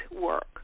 work